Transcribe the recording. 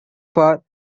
for